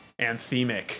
anthemic